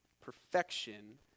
perfection